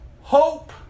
hope